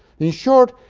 in short,